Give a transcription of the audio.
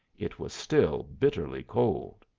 it was still bitterly cold.